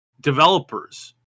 developers